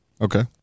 Okay